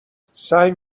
سعی